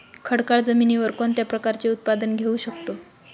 खडकाळ जमिनीवर कोणत्या प्रकारचे उत्पादन घेऊ शकतो?